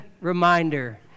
reminder